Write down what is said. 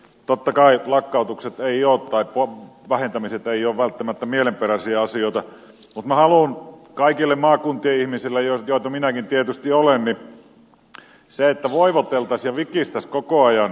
totta kai lakkautukset tai vähentämiset eivät ole välttämättä mielenperäisiä asioita mutta minä haluan kaikille maakuntien ihmisille joita minäkin tietysti olen sanoa sen ettei voivoteltaisi ja vikistäisi koko ajan